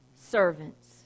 servants